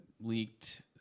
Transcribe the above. leaked